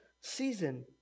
season